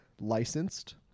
licensed